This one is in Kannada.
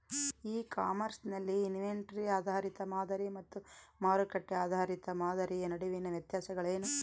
ಇ ಕಾಮರ್ಸ್ ನಲ್ಲಿ ಇನ್ವೆಂಟರಿ ಆಧಾರಿತ ಮಾದರಿ ಮತ್ತು ಮಾರುಕಟ್ಟೆ ಆಧಾರಿತ ಮಾದರಿಯ ನಡುವಿನ ವ್ಯತ್ಯಾಸಗಳೇನು?